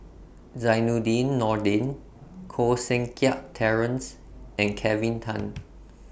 Zainudin Nordin Koh Seng Kiat Terence and Kelvin Tan